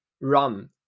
run